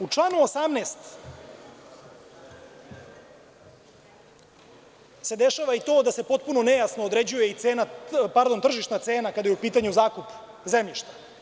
U članu 18. se dešava i to da se potpuno nejasno određuje tržišna cena, kada je u pitanju zakup zemljišta.